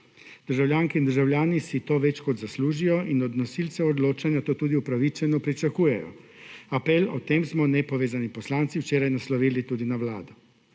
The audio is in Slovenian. Državljanke in državljani si to več kot zaslužijo in od nosilcev odločanja to tudi upravičeno pričakujejo. Apel o tem smo nepovezani poslanci včeraj naslovili tudi na Vlado.